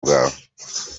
bwawe